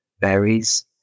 berries